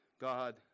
God